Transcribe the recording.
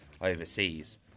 overseas